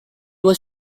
was